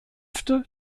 kräfte